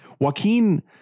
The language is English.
Joaquin